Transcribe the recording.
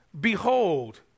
Behold